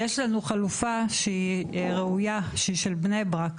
יש לנו חלופה שהיא ראויה שהיא של בני ברק,